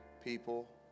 people